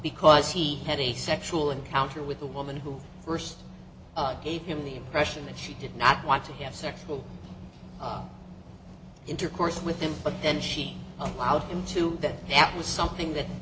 because he had a sexual encounter with a woman who first gave him the impression that she did not want to have sexual intercourse with him but then she allowed him to that that was something that